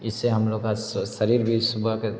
इससे हम लोग का शरीर भी सुबह के